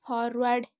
forward